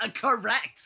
correct